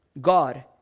God